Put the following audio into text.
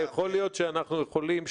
יכול להיות שאנחנו יכולים,